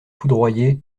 foudroyer